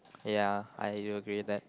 ya I do agree that